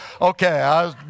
Okay